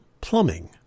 plumbing